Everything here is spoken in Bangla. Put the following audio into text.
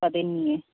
তাদের নিয়ে